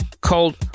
called